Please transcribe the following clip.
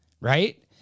right